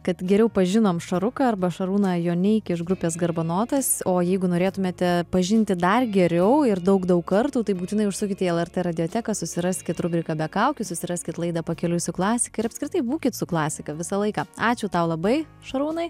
kad geriau pažinom šaruką arba šarūną joneikį iš grupės garbanotas o jeigu norėtumėte pažinti dar geriau ir daug daug kartų tai būtinai užsukite į lrt radioteką susiraskit rubriką be kaukių susiraskit laidą pakeliui su klasika ir apskritai būkit su klasika visą laiką ačiū tau labai šarūnai